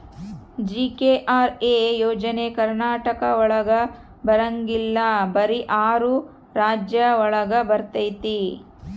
GKRA ಯೋಜನೆ ಕರ್ನಾಟಕ ಒಳಗ ಬರಂಗಿಲ್ಲ ಬರೀ ಆರು ರಾಜ್ಯ ಒಳಗ ಬರ್ತಾತಿ